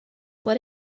what